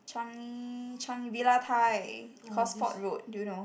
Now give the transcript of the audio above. Changi Changi Villa Thai Cosford road do you know